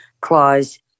clause